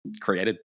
created